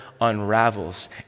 unravels